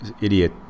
idiot